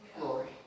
glory